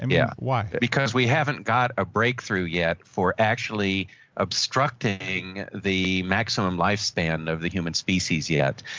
and yeah why? because we haven't got a breakthrough yet for actually obstructing the maximum lifespan of the human species yet.